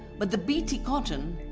but the bt cotton,